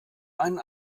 einen